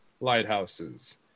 lighthouses